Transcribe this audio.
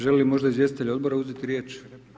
Želi li možda izvjestitelj odbora uzeti riječ?